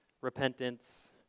repentance